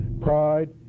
pride